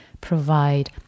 provide